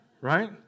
Right